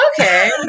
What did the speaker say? okay